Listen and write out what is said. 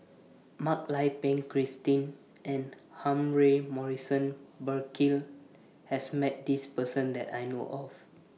Mak Lai Peng Christine and Humphrey Morrison Burkill has Met This Person that I know of